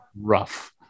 rough